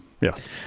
Yes